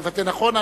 אני מבטא נכון?